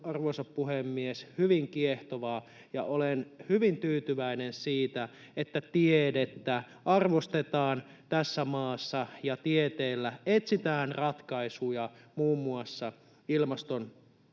arvoisa puhemies, hyvin kiehtovaa, ja olen hyvin tyytyväinen siitä, että tiedettä arvostetaan tässä maassa ja tieteellä etsitään ratkaisuja muun muassa